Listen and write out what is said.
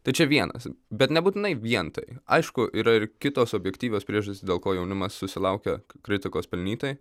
tai čia vienas bet nebūtinai vien tai aišku yra ir kitos objektyvios priežastys dėl ko jaunimas susilaukia kritikos pelnytai